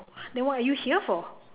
then what are you here for